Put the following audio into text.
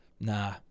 Nah